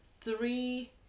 three